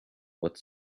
what